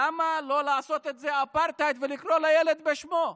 למה לא לעשות את זה אפרטהייד, ולקרוא לילד בשמו?